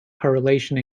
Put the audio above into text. correlation